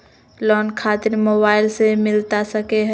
Loan खातिर mobile से मिलता सके?